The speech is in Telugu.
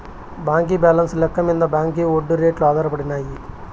బాంకీ బాలెన్స్ లెక్క మింద బాంకీ ఒడ్డీ రేట్లు ఆధారపడినాయి